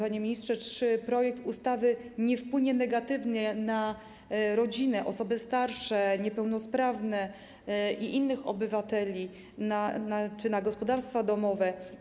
Panie ministrze, czy projekt ustawy nie wpłynie negatywnie na rodzinę, osoby starsze, niepełnosprawne i innych obywateli czy na gospodarstwa domowe?